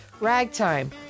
ragtime